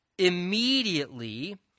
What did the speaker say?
immediately